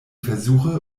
versuche